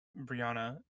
Brianna